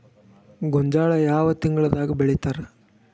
ಗೋಂಜಾಳ ಯಾವ ತಿಂಗಳದಾಗ್ ಬೆಳಿತಾರ?